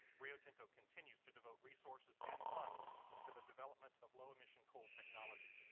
rio tinto continues to devote resources and funds to the development of low emission coal technology,